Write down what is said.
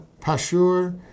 Pashur